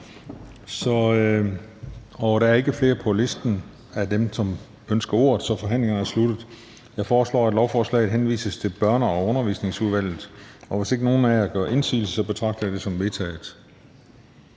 af dem, som er på listen, som ønsker ordet, er forhandlingerne sluttet. Jeg foreslår, at lovforslaget henvises til Børne- og Undervisningsudvalget. Hvis ingen gør indsigelse, betragter jeg dette som vedtaget